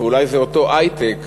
ואולי זה אותו היי-טק,